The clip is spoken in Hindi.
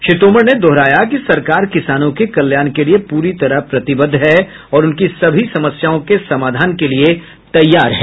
श्री तोमर ने दोहराया सरकार किसानों के कल्याण के लिए पूरी तरह प्रतिबद्ध है और उनकी सभी समस्याओं के समाधान के लिए तैयार है